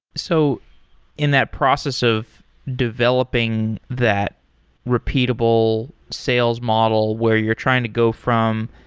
so in that process of developing that repeatable sales model where you're trying to go from,